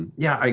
yeah, ah